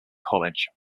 college